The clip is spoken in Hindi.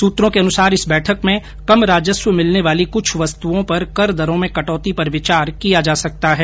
सूत्रों के अनुसार इस बैठक में कम राजस्व मिलने वाली कुछ वस्तुओं पर कर दरों में कटौती पर विचार किया जा सकता है